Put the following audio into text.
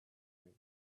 him